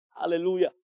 Hallelujah